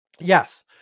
yes